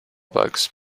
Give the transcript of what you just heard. bugs